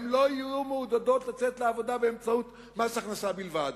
הן לא יהיו מעודדות לצאת לעבודה באמצעות מס הכנסה בלבד.